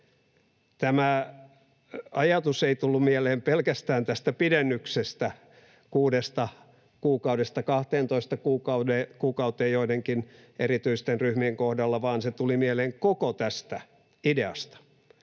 Tämä ajatus ei tullut mieleen pelkästään tästä pidennyksestä 6 kuukaudesta 12 kuukauteen joidenkin erityisten ryhmien kohdalla, vaan se tuli mieleen koko tästä ideasta,